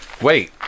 Wait